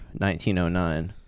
1909